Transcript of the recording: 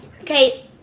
Okay